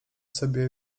sobie